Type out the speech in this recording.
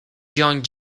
jong